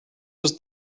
was